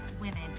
women